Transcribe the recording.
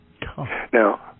Now